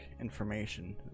information